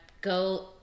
go